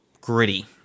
gritty